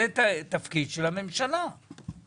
התפקיד של הממשלה לעשות את זה,